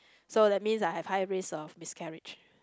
so that means I have high risk of miscarriage